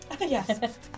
Yes